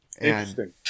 Interesting